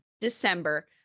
December